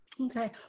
Okay